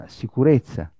sicurezza